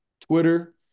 Twitter